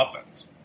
offense